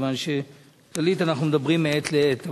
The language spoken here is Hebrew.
מכיוון שכללית אנחנו מדברים מעת לעת,